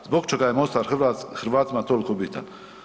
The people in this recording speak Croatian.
Zbog čega je Mostar Hrvatima toliko bitan?